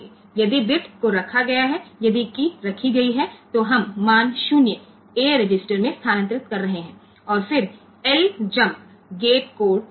તેથી જો બીટ મૂકવામાં આવ્યું હોય અને જો કી મૂકવામાં આવી હોય તો આપણે આ મૂલ્ય 0 ને A રજિસ્ટરમાં ખસેડી રહ્યા છીએ અને પછી ljmp ગેટ કોડ છે